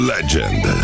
Legend